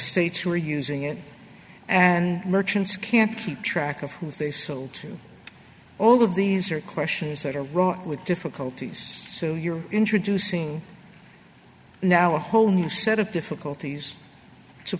states who are using it and merchants can't keep track of who's they so to all of these are questions that are wrong with difficulties so you're introducing now a whole new set of difficulties to